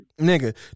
Nigga